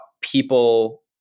people